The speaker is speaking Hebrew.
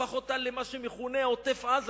הפך אותה למה שמכונה עוטף-עזה,